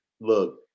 Look